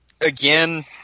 Again